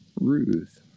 Ruth